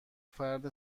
فرد